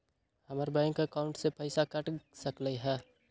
हमर bank account से पैसा कट सकलइ ह?